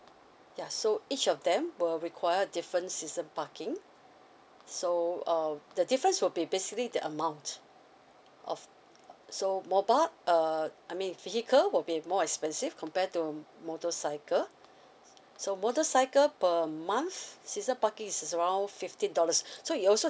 ya so each of them will require different season parking so um the difference will be basically the amount of so mobile uh I mean vehicle will be more expensive compared to motorcycle so motorcycle per month season parking is around fifteen dollars so it also